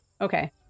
Okay